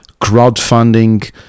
crowdfunding